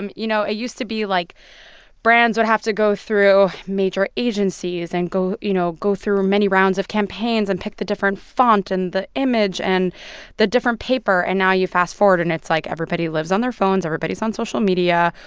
you know, it used to be like brands would have to go through major agencies and go you know, go through many rounds of campaigns and pick the different font, and the image, and the different paper. and now you fast-forward, and it's like everybody lives on their phones. everybody's on social media.